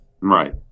Right